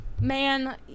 Man-